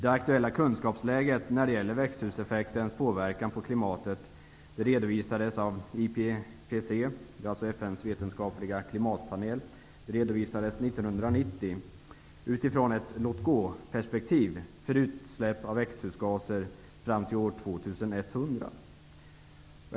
1990 av IPPC, FN:s vetenskapliga klimatpanel, utifrån ett låtgåperspektiv avseende växthusgaser fram till år 2100.